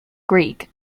greek